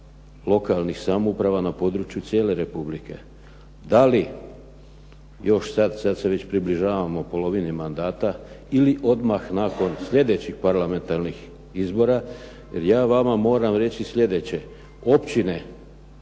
lokalnih samouprava na području cijele Republike. Da li, još sada, sada se već približavamo polovini mandata ili odmah nakon sljedećih parlamentarnih izbora, jer ja vama moram reći sljedeće. Općine,